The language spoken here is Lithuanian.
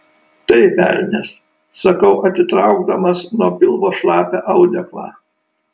tai velnias sakau atitraukdamas nuo pilvo šlapią audeklą